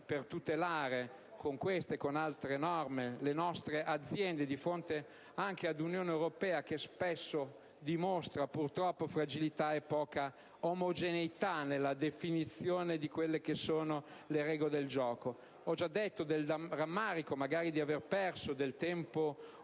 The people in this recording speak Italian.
per tutelare, con queste e con altre norme, le nostre aziende anche di fronte all'Unione europea, che spesso dimostra fragilità e poca omogeneità nella definizione delle regole del gioco. Ho già detto del rammarico di aver perso del tempo